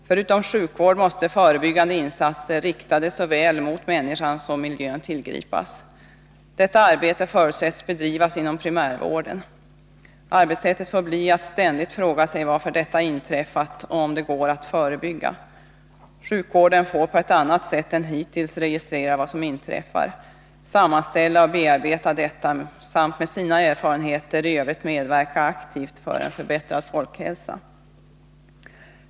Förutom sjukvård måste förebyggande insatser, riktade såväl mot människan som mot miljön, tillgripas. Detta arbete förutsätts bedrivas inom primärvården. Arbetssättet får bli att ständigt fråga sig varför något inträffat och om det går att förebygga. Sjukvården får på ett annat sätt än hittills registrera vad som inträffar, sammanställa och bearbeta detta samt med sina erfarenheter i övrigt medverka aktivt för en förbättrad folkhälsa.